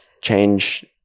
change